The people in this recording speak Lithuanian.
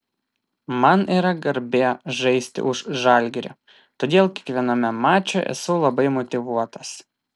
man yra garbė žaisti už žalgirį todėl kiekviename mače esu labai motyvuotas